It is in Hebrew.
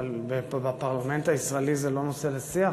אבל בפרלמנט הישראלי זה לא נושא לשיח?